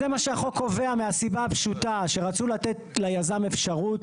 כי זה מה שהחוק קובע מהסיבה הפשוטה שרצו לתת ליזם אפשרות,